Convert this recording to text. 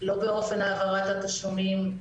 לא באופן העברת התשלומים,